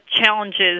challenges